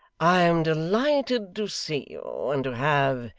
i am delighted to see you, and to have,